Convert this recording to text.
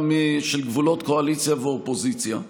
גם של גבולות קואליציה ואופוזיציה.